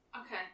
Okay